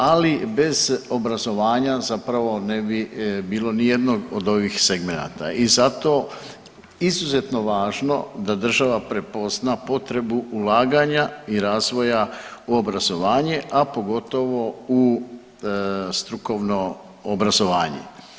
Ali bez obrazovanja zapravo ne bi bilo ni jednog od ovih segmenata i zato izuzetno važno da država prepozna potrebu ulaganja i razvoja u obrazovanje, a pogotovo u strukovno obrazovanje.